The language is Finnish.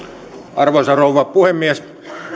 arvoisa rouva puhemies